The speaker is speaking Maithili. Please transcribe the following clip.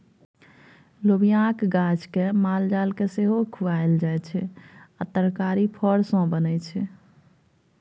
लोबियाक गाछ केँ मालजाल केँ सेहो खुआएल जाइ छै आ तरकारी फर सँ बनै छै